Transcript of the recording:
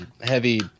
heavy